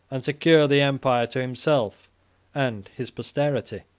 and secure the empire to himself and his posterity.